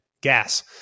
gas